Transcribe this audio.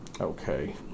Okay